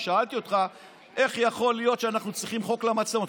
שאלתי אותך איך יכול להיות שאנחנו צריכים חוק למצלמות,